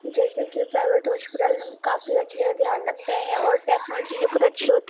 جیسے کہ پرائیویٹ ہاسپٹلوں میں کافی اچھے سے دھیان رکھتے ہیں اور ٹیکنالوجی بہت اچھی ہوتی ہے